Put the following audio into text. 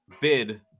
bid